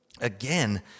Again